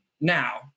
Now